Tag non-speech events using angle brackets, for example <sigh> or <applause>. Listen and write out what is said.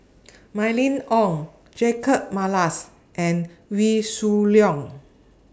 <noise> Mylene Ong Jacob Ballas and Wee Shoo Leong